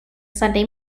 sunday